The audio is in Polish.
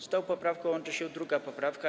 Z tą poprawką łączy się 2. poprawka.